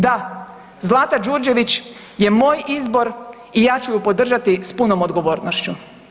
Da, Zlata Đurđević je moj izbor i ja ću je podržati sa punom odgovornošću.